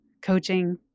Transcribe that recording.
coaching